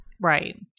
right